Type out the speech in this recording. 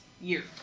year